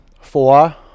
Four